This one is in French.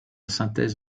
synthèse